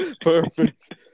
Perfect